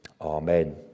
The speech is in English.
Amen